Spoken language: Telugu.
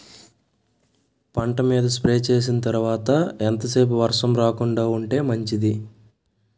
పంట మీద స్ప్రే చేసిన తర్వాత ఎంత సేపు వర్షం రాకుండ ఉంటే మంచిది?